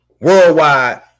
worldwide